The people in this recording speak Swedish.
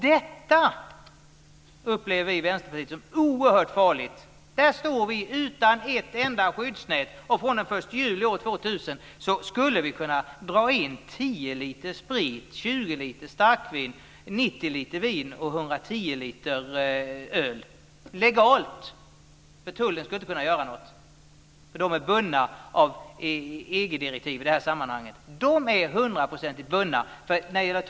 Detta upplever vi i Vänsterpartiet som oerhört farligt. Där står vi utan ett enda skyddsnät, och från den 1 juli 2000 skulle vi legalt kunna dra in 10 liter sprit, 20 liter starkvin, 90 liter vin och 110 liter öl. Tullen skulle inte kunna göra någonting. De är 100 procentigt bundna av EG-direktiven i det här fallet.